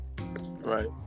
right